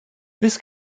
this